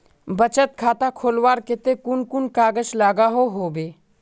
बचत खाता खोलवार केते कुन कुन कागज लागोहो होबे?